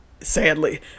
sadly